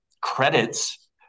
credits